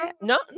no